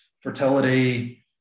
fertility